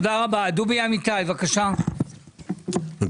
דובי אמיתי, בבקשה, בקצרה.